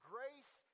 Grace